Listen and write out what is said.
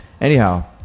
Anyhow